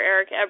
Eric